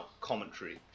commentary